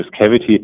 cavity